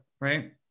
right